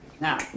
now